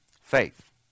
Faith